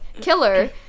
Killer